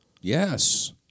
Yes